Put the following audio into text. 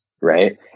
right